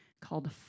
called